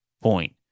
point